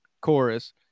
chorus